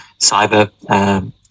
cyber